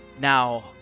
Now